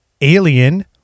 Alien